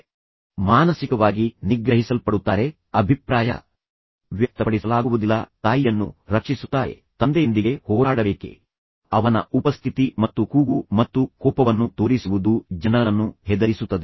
ಆದ್ದರಿಂದ ಅವರು ಮಾನಸಿಕವಾಗಿ ನಿಗ್ರಹಿಸಲ್ಪಡುತ್ತಾರೆ ಅವರು ತಮ್ಮ ಅಭಿಪ್ರಾಯಗಳನ್ನು ವ್ಯಕ್ತಪಡಿಸಲು ಸಹ ಸಾಧ್ಯವಾಗುವುದಿಲ್ಲ ಅವರು ಹೋಗಿ ತಾಯಿಯನ್ನು ರಕ್ಷಿಸುತ್ತಾರೆ ಅವರು ಹೋಗಿ ತಂದೆಯೊಂದಿಗೆ ಹೋರಾಡಬೇಕೇ ಆದರೆ ನಂತರವೂ ಅವನ ಉಪಸ್ಥಿತಿ ಮತ್ತು ಕೂಗು ಮತ್ತು ಕೋಪವನ್ನು ತೋರಿಸುವುದು ಜನರನ್ನು ಹೆದರಿಸುತ್ತದೆ